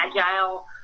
agile